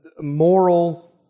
moral